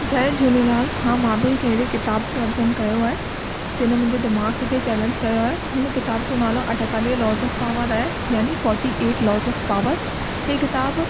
जय झूलेलाल हा मां बि अहिड़ी किताबु जो अध्यन कयो आहे जिन मुंहिंजे दीमाग़ु खे चैलेंज कयो आहे हिन किताबु जो नालो अठेतालीह लॉस ऑफ पावर आहे यानी forty eight loss of power हीअ किताबु